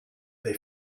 they